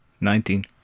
Nineteen